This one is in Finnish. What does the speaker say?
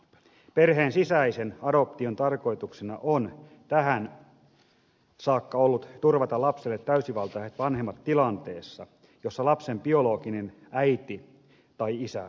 perheen sisäisen adoption tarkoituksena on tähän saakka ollut turvata lapselle täysivaltaiset vanhemmat tilanteessa jossa lapsen biologinen äiti tai isä on kuollut